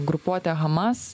grupuotė hamas